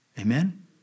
Amen